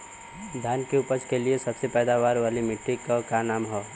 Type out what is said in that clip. धान की उपज के लिए सबसे पैदावार वाली मिट्टी क का नाम ह?